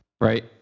right